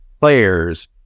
players